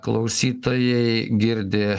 klausytojai girdi